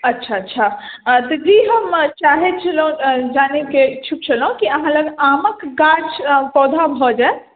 अच्छा अच्छा तऽ हम चाहैत छलहुँ जानैके इच्छुक छलहुँ कि अहाँ लग आमक गाछ पौधा भऽ जायत